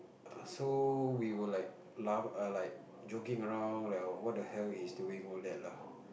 err so we were like laugh err like joking around like what the hell he's doing all that lah